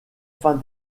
fin